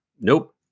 Nope